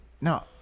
No